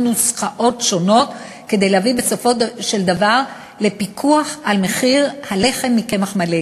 נוסחאות שונות כדי להביא בסופו של דבר לפיקוח על מחיר הלחם מקמח מלא.